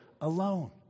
alone